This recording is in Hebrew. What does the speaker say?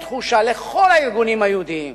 תן תחושה לכל הארגונים היהודיים,